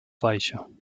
weicher